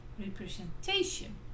representation